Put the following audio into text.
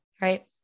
Right